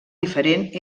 diferent